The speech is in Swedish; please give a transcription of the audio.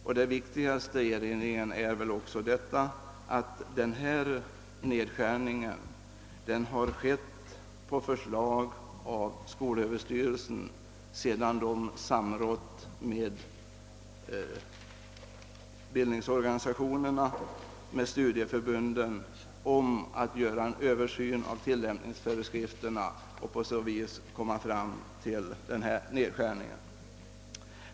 Mitt viktigaste påpekande i detta sammanhang är dock att den aktuella nedskärningen gjorts på förslag av skolöverstyrelsen efter samråd med bildningsorganisationerna och studieförbunden om möjligheterna att företa en översyn av tillämpningsföreskrifterna för att härigenom kunna åstadkomma en nedskärning av anslaget.